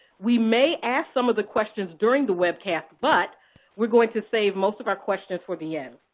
we may ask some of the questions during the webcast, but we're going to save most of our questions for the end.